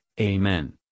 Amen